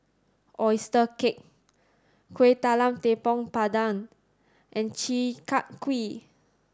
oyster cake Kueh Talam Tepong Pandan and Chi Kak Kuih